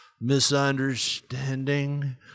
misunderstanding